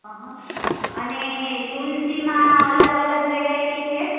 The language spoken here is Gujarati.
હઁ અને તુલસીમાં અલગ અલગ વેરાયટી છે